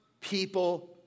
people